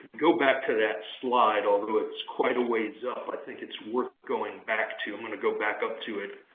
go back to that slide, although it's quite a ways up. i think it's worth going back to. i'm going to go back up to it.